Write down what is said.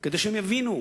כדי שהם יבינו.